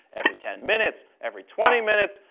every ten minutes, every twenty minutes.